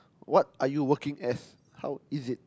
what are you working as how is it